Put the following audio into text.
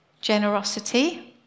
generosity